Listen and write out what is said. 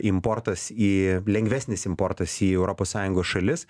importas į lengvesnis importas į europos sąjungos šalis